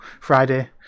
Friday